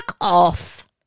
off